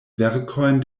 verkojn